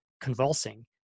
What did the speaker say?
convulsing